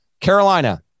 Carolina